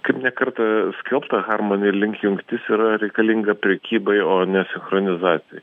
kaip ne kartą skelbta harmoni link jungtis yra reikalinga prekybai o ne sinchronizacijai